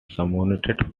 summoned